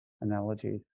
analogies